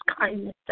kindness